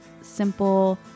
simple